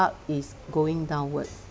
art is going downwards